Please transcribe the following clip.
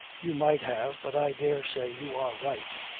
you might have, but i dare say you are right.